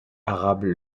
arabe